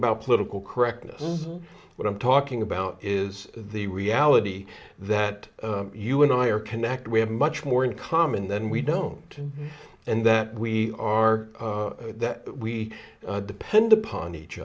about political correctness what i'm talking about is the reality that you and i are connected we have much more in common than we don't and that we are that we depend upon each